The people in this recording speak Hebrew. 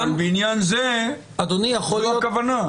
בעניין זה זאת הכוונה.